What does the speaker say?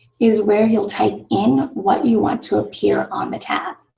is where you'll type in what you want to appear on the tab.